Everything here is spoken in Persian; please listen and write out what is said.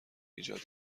ایجاد